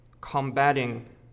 combating